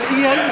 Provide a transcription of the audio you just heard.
אבל האי-אמון